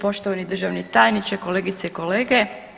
Poštovani državni tajniče, kolegice i kolege.